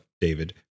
David